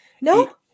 No